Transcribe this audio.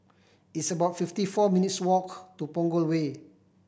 it's about fifty four minutes' walk to Punggol Way